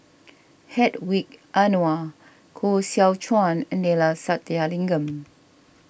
Hedwig Anuar Koh Seow Chuan and Neila Sathyalingam